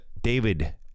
David